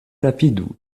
rapidu